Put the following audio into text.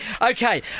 Okay